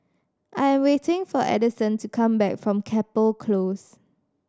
I am waiting for Adyson to come back from Chapel Close